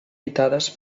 habitades